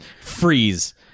Freeze